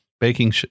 baking